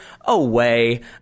Away